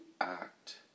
act